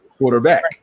quarterback